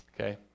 Okay